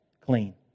clean